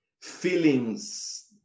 feelings